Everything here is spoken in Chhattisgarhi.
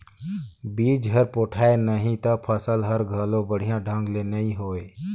बिज हर पोठाय नही त फसल हर घलो बड़िया ढंग ले नइ होवे